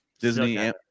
Disney